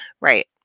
Right